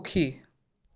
সুখী